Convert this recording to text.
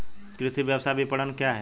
कृषि व्यवसाय विपणन क्या है?